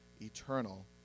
eternal